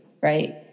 right